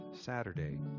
Saturday